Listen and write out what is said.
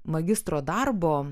magistro darbo